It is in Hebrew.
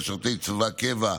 משרתי צבא הקבע,